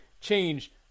change